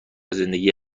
زندگی